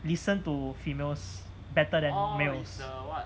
listen to females better than males